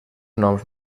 noms